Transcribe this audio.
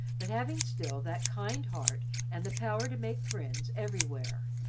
but having still that kind heart and the power to make friends everywhere,